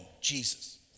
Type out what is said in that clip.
Jesus